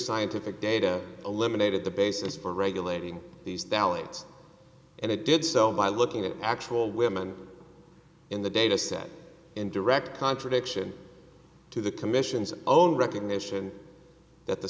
scientific data eliminated the basis for regulating these dalliance and it did so by looking at actual women in the data set in direct contradiction to the commission's own recognition that the